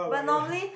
but normally